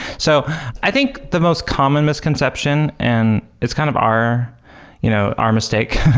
so i think the most common misconception and it's kind of our you know our mistake,